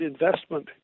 investment